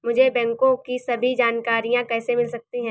मुझे बैंकों की सभी जानकारियाँ कैसे मिल सकती हैं?